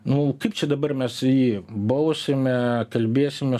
nu kaip čia dabar mes jį bausime kalbėsime